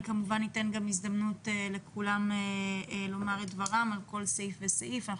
אני כמובן אתן גם הזדמנות לכולם לומר את דברם על כל סעיף וסעיף.